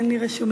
אין לי רשומים.